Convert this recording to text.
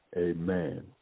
amen